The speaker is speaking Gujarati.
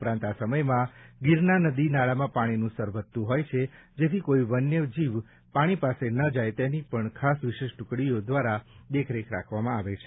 ઉપરાંત આ સમયમાં ગીરના નદી નાળામાં પાણીનું સ્તર વધતું હોય છે જેથી કોઈ વન્ય જીવ પાણી પાસે ના જાય તેને માટે પણ વિશેષ ટ્રકડીઓ કાર્યરત કરવામાં આવે છે